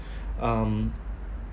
um